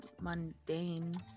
mundane